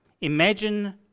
imagine